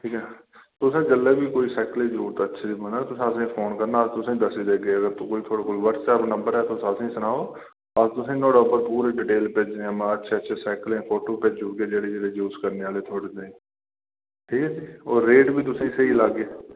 ठीक ऐ तुसें जेल्लै बी कोई साइकल दी जरुरत बनै तुसें असें गी फोन करना अस तुसें गी दस्सी देगे थुआढ़े कोल व्हाट्सऐप नम्बर ऐ तुस असें गी सनाओ अस तुसें गी नुआढ़े उप्पर पूरी डिटेल बेचने हां अच्छे अच्छे साइकलें दे फोटो भेजी देगे जेहड़े यूज करने आह्ले थोह्ड़े जेल्लै और रेट बी तुसें गी स्हेई लागे